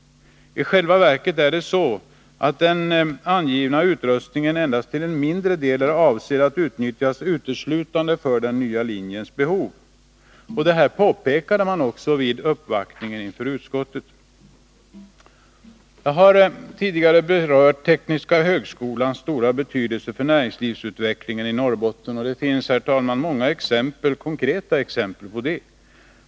I själva verket är det så, att av den angivna utrustningen endast en mindre del är avsedd att utnyttjas uteslutande för den nya linjens behov. Detta påpekades också vid uppvaktningen inför utskottet. Jag har tidigare berört den tekniska högskolans stora betydelse för näringslivsutvecklingen i Norrbotten. Det finns, herr talman, många konkreta exempel på detta.